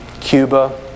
Cuba